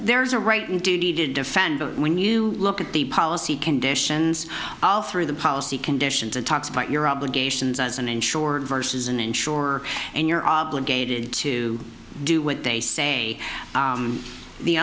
there's a right and duty to defend but when you look at the policy conditions all through the policy conditions and talks about your obligations as an insured versus an insurer and you're obligated to do what they say